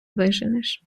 виженеш